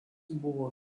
buvo